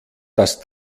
das